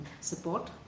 support